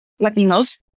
Latinos